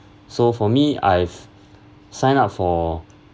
so for me I've signed up for